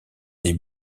des